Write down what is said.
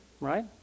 right